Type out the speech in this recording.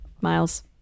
Miles